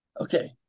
okay